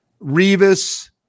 Revis